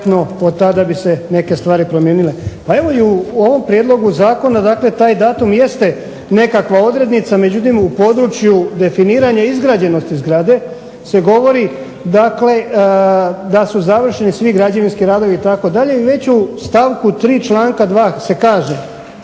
od tada bi se neke stvari promijenile. Pa evo i u ovom prijedlogu zakona, dakle taj datum jeste nekakva odrednica. Međutim, u području definiranja izgrađenosti zgrade se govori, dakle da su završeni svi građevinski radovi itd. I već u stavku 3. članka 2. se kaže